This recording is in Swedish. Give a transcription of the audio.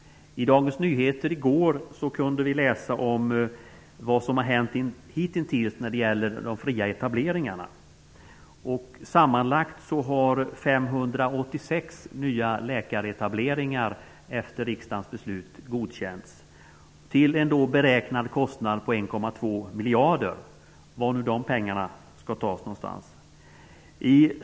I Dagens Nyheter i går kunde vi läsa om vad som hittills har hänt när det gäller de fria etableringarna. Sammanlagt har 586 läkaretableringar godkänts efter riksdagens beslut, till en beräknad kostnad på 1,2 miljarder -- var nu dessa pengar skall tas?